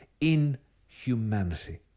inhumanity